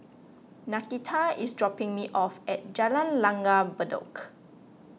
Nakita is dropping me off at Jalan Langgar Bedok